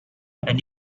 and